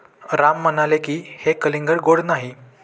राम म्हणाले की, हे कलिंगड गोड नाही